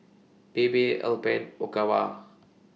Bebe Alpen Ogawa